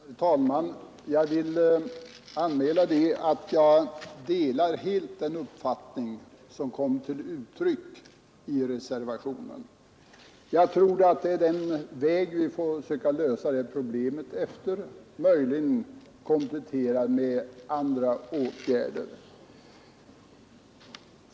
Herr talman! Jag vill anmäla att jag delar den uppfattning som kommer till uttryck i reservationen. Jag tror att det är den väg vi får försöka lösa det här problemet efter, möjligen kompletterad med andra åtgärder.